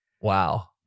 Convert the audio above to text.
Wow